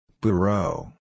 Bureau